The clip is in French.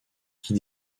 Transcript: qui